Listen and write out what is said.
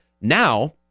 Now